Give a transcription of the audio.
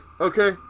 Okay